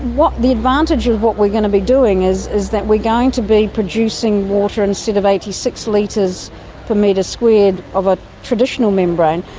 the advantage of what we're going to be doing is is that we're going to be producing water. instead of eighty six litres per metre squared of a traditional membrane,